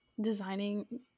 designing